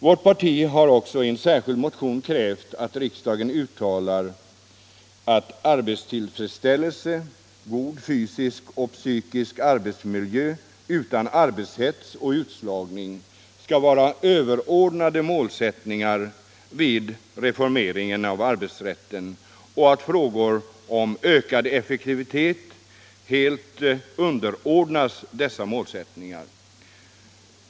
Vårt parti har också i en motion krävt, att riksdagen uttalar att arbetstillfredsställelse samt god fysisk och psykisk arbetsmiljö utan arbetshets och utslagning skall vara överordnade målsättningar vid reformeringen av arbetsrätten, och att frågan om ökad effektivitet helt underordnas dessa målsättningar.